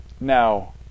Now